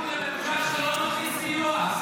למה --- שלא נכניס סיוע.